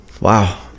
Wow